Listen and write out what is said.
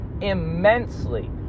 immensely